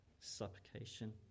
supplication